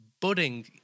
budding